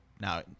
now